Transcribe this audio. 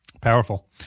Powerful